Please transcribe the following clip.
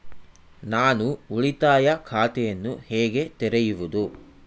ನಾನು ಉಳಿತಾಯ ಖಾತೆಯನ್ನು ಹೇಗೆ ತೆರೆಯುವುದು?